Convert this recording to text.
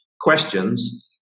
questions